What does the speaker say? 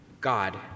God